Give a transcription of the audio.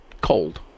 cold